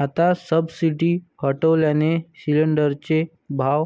आता सबसिडी हटवल्याने सिलिंडरचे भाव